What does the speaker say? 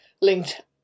linked